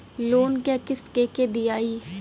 Loan क किस्त के के दियाई?